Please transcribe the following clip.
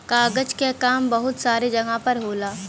कागज क काम बहुत सारे जगह पर होला